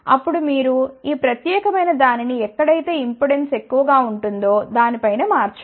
అప్పుడు మీరు ఈ ప్రత్యేకమైన దానిని ఎక్కడైతే ఇంపెడెన్స్ ఎక్కువగా ఉంటుందో దాని పైన మార్చండి